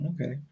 okay